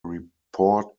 report